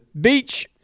Beach